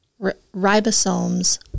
ribosomes